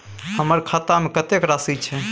हमर खाता में कतेक राशि छै?